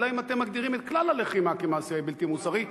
אלא אם כן אתם מגדירים את כלל הלחימה כמעשה בלתי מוסרי,